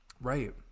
Right